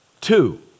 Two